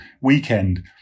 weekend